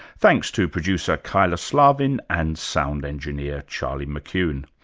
thanks to producer kyla slaven, and sound engineer charlie mckune.